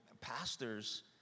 pastors